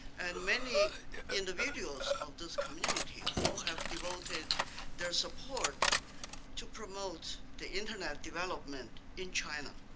and many individuals of this community who have devoted their support to promote the internet development in china.